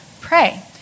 Pray